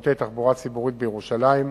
לשירותי תחבורה ציבורית בירושלים,